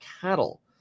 cattle